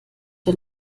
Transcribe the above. der